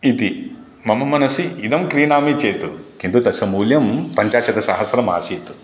इति मम मनसि इदं क्रीणामि चेत् किन्तु तस्य मूल्यं पञ्चाशत् सहस्रमासीत्